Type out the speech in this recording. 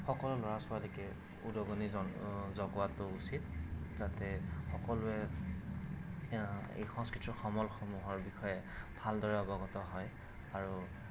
সকলো ল'ৰা ছোৱালীকে উদগনি জগোৱাটো উচিত যাতে সকলোৱে এই সংস্কৃতিৰ সমলসমূহৰ বিষয়ে ভালদৰে অৱগত হয় আৰু